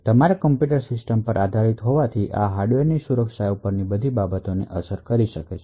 આ તમારા computer system પર હોવાથી આ હાર્ડવેરની સુરક્ષા ઉપરની બધી બાબતોને અસર કરી શકે છે